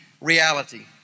reality